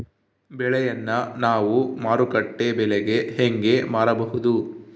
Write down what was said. ಬೆಳೆಯನ್ನ ನಾವು ಮಾರುಕಟ್ಟೆ ಬೆಲೆಗೆ ಹೆಂಗೆ ಮಾರಬಹುದು?